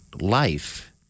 life